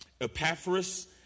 Epaphras